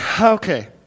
okay